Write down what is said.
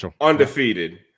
Undefeated